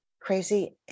crazy